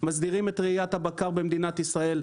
מסדירים את רעיית הבקר במדינת ישראל.